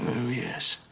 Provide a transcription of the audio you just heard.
yes